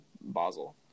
Basel